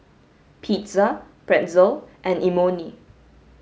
pizza pretzel and Imoni